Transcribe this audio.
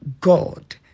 God